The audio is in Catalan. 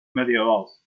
medievals